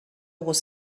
was